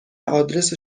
آدرس